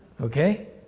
okay